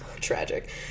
Tragic